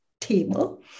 table